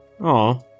Aw